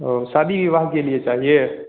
ओ शादी विवाह के लिए चाहिए